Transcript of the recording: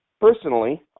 Personally